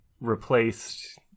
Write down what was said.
replaced